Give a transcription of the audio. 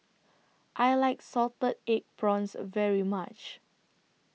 I like Salted Egg Prawns very much